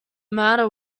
matter